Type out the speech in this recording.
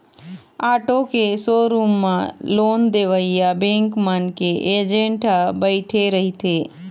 auto के showroom म loan देवइया बेंक मन के एजेंट ह बइठे रहिथे